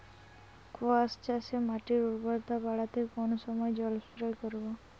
কোয়াস চাষে মাটির উর্বরতা বাড়াতে কোন সময় জল স্প্রে করব?